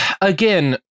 Again